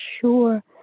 sure